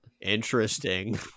Interesting